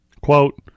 Quote